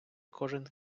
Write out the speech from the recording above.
кожен